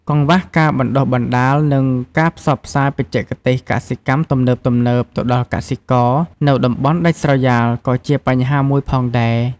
កង្វះការបណ្ដុះបណ្ដាល និងការផ្សព្វផ្សាយបច្ចេកទេសកសិកម្មទំនើបៗទៅដល់កសិករនៅតំបន់ដាច់ស្រយាលក៏ជាបញ្ហាមួយផងដែរ។